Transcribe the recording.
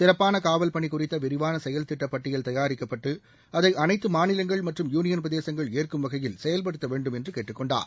சிறப்பான காவல் பணி குறித்த விரிவான செயல் திட்ட பட்டியல் தயாரிக்கப்பட்டு அதை அனைத்து மாநிலங்கள் மற்றும் யுனியன் பிரதேசங்கள் ஏற்கும் வகையில் அவை செயல்படுத்த வேண்டும் என்று கேட்டுக்கொண்டார்